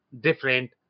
different